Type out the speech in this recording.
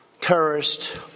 terrorist